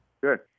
Good